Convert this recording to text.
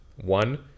One